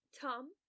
Tom